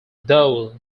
though